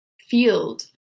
field